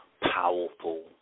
powerful